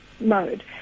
mode